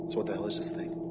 what the hell is this thing?